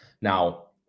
now